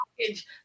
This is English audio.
package